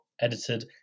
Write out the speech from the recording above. edited